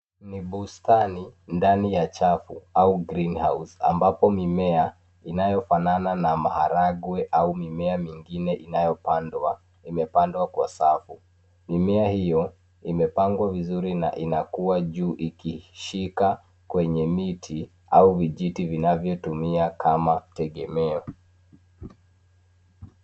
Ni bustani, ndani ya chafu au greenhouse ambapo mimea inayofanana na maharagwe au mimea mingine inayopandwa imepandwa kwa safu. Mimea hiyo imepangwa vizuri na inakua juu ikishika kwenye miti au vijiti vinavyotumika kama tegemeo.